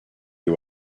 you